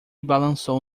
balançou